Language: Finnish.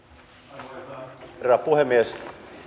arvoisa herra puhemies